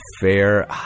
fair